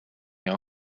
your